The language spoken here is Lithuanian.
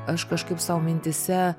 aš kažkaip sau mintyse